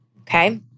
Okay